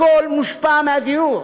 הכול מושפע מהדיור.